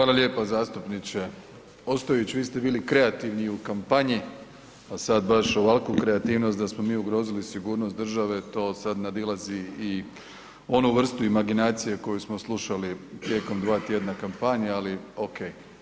Hvala lijepa zastupniče Ostojić, vi ste bili kreativni i u kampanji, a sad baš ovakvu kreativnost da smo mi ugrozili sigurnost države, to sad nadilazi i onu vrstu imaginacije koju smo slušali tijekom 2 tjedna kampanje, ali okej.